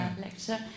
lecture